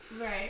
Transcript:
right